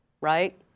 right